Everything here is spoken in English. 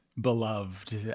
beloved